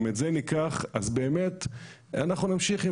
אם את זה ניקח אז באמת אנחנו נמשיך עם